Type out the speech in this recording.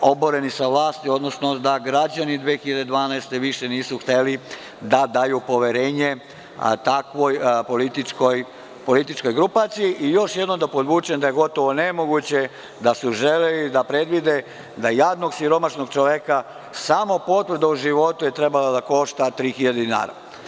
oboreni sa vlasti, odnosno da građani 2012. više nisu hteli da daju poverenje takvoj političkoj grupaciji i još jednom da podvučem da je gotovo nemoguće da su želeli da predvide da jadnog, siromašnog čoveka samo potvrda o životu je trebala da košta 3.000 dinara.